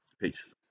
peace